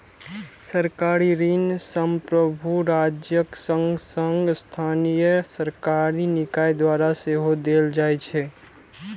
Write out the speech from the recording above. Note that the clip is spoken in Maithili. सरकारी ऋण संप्रभु राज्यक संग संग स्थानीय सरकारी निकाय द्वारा सेहो देल जाइ छै